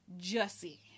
Jussie